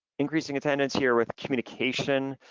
increasing attendance here with communication.